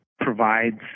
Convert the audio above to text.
provides